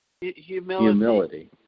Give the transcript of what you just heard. Humility